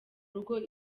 rugo